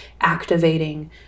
activating